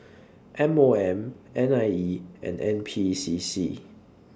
M O M N I E and N P C C